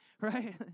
Right